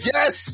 Yes